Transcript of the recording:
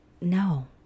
no